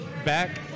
back